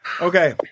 Okay